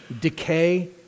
decay